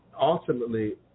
Ultimately